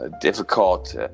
difficult